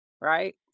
Right